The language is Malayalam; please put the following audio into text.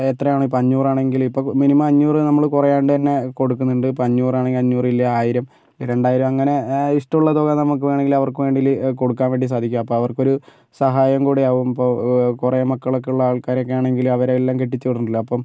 എത്രയാണെങ്കിലും ഇപ്പം അഞ്ഞൂറ് ആണെങ്കില് ഇപ്പം മിനിമം അഞ്ഞൂറ് നമ്മള് കുറയാണ്ട് തന്നെ കൊടുക്കുന്നുണ്ട് ഇപ്പോൾ അഞ്ഞൂറ് ആണെങ്കിൽ അഞ്ഞൂറ് ഇല്ലേൽ ആയിരം രണ്ടായിരം അങ്ങനെ ഇഷ്ടമുള്ള തുക നമുക്ക് വേണമെങ്കിൽ അവർക്ക് വേണമെങ്കില് കൊടുക്കാൻ വേണ്ടി സാധിക്കും അപ്പോൾ അവർക്കൊരു സഹായം കൂടിയാവും ഇപ്പോൾ കുറെ മക്കളൊക്കെ ഉള്ള ആൾക്കാരൊക്കെ ആണെങ്കില് അവരെ എല്ലാം കെട്ടിച്ചു വിടണ്ടേ അപ്പം